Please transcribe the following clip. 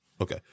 Okay